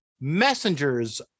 messengers